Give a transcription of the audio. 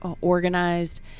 organized